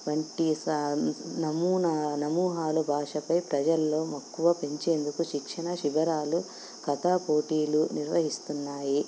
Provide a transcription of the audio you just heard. వంటి సా నమూన నమూనాల భాషపై ప్రజల్లో మక్కువ పెంచేందుకు శిక్షణ శిభిరాలు కథా పోటీలు నిర్వహిస్తున్నాయి